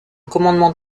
commandement